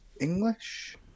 english